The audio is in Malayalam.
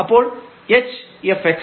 അപ്പോൾ hf x